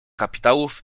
kapitałów